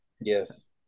Yes